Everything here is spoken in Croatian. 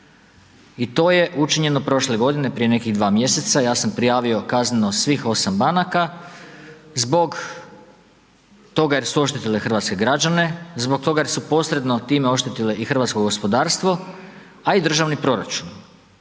i to je učinjeno prošle godine, prije nekih dva mjeseca. Ja sam prijavio kazneno svih osam banaka zbog toga jer su oštetile hrvatske građane, zbog toga što su posredno time oštetile i hrvatsko gospodarstvo, a i državni proračun.